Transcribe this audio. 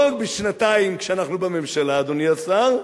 לא רק בשנתיים כשאנחנו בממשלה, אדוני השר,